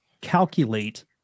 calculate